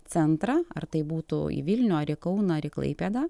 centrą ar tai būtų į vilnių ar į kauną ir į klaipėdą